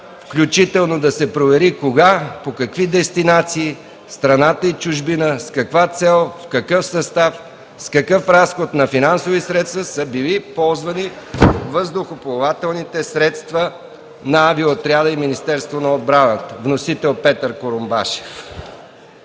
включително да провери кога, по какви дестинации в страната и чужбина, с каква цел, в какъв състав, с какъв разход на финансови средства са били ползвани въздухоплавателните средства на авиоотряда и Министерство на отбраната. Вносител – Петър Курумбашев.